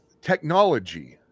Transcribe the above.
technology